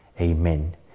Amen